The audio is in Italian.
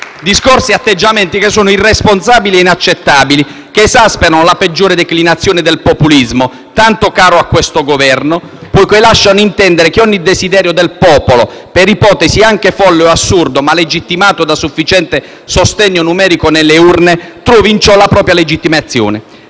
discorsi e atteggiamenti irresponsabili e inaccettabili, che esasperano la peggiore declinazione del populismo tanto caro a questo Governo, poiché lasciano intendere che ogni desiderio del popolo, per ipotesi anche folle e assurdo ma legittimato da sufficiente sostegno numerico nelle urne, trovi in ciò la propria legittimazione.